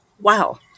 Wow